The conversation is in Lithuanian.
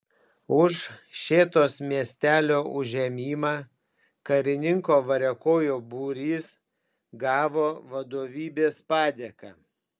už šėtos miestelio užėmimą karininko variakojo būrys gavo vadovybės padėką